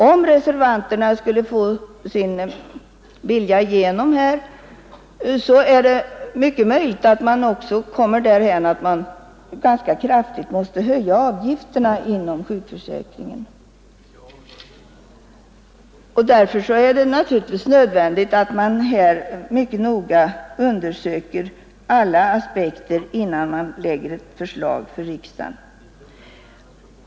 Om reservanterna skulle få sin vilja igenom är det mycket möjligt att man också måste höja avgifterna inom sjukförsäkringen ganska kraftigt. Därför är det naturligtvis nödvändigt att man mycket noga undersöker alla aspekter innan man lägger fram ett förslag för riksdagen.